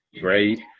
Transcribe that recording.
great